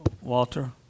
walter